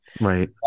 Right